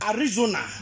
Arizona